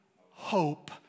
hope